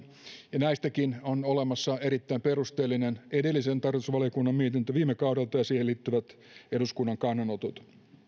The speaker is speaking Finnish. ja näistäkin on olemassa erittäin perusteellinen edellisen tarkastusvaliokunnan mietintö viime kaudelta ja siihen liittyvät eduskunnan kannanotot